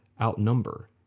outnumber